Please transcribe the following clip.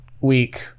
week